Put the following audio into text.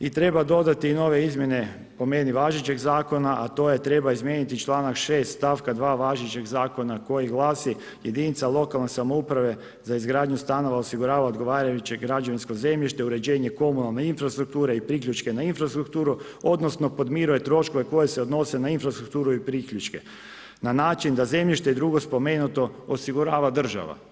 I treba dodati nove izmjene po meni važećeg zakona, a to je treba izmijeniti čl. 6 stavka 2 važećeg zakona koji glasi jedinice lokalne samouprave za izgradnju stanova osigurava odgovarajućeg građevinskog zemljište, uređenje komunalne infrastrukture i priključka n a infrastrukturu, odnosno, podmiruje troškove koje se odnose na infrastrukturu i priključke, na način da zemljište i drugo spomenuto osigurava država.